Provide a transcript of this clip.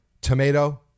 tomato